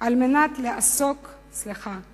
כדי לעסוק, סליחה,